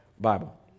Bible